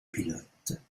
pilote